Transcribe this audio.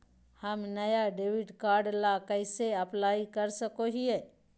हम नया debit card ला कइसे अप्लाई कर सको हियै?